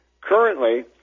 Currently